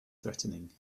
threatening